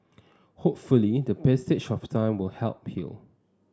hopefully the passage of time will help heal